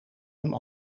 hem